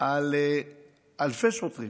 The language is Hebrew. על אלפי שוטרים